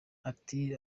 ati